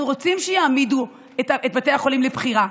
אנחנו רוצים שיעמידו את בתי החולים לבחירה,